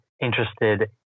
interested